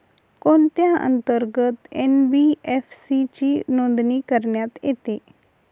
कोणत्या अंतर्गत एन.बी.एफ.सी ची नोंदणी करण्यात येते?